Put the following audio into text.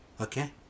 Okay